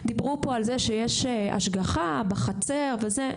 דיברו פה על זה שיש השגחה בחצר וזה,